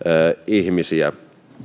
ihmisiä